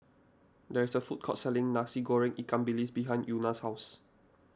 there is a food court selling Nasi Goreng Ikan Bilis behind Una's house